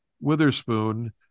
witherspoon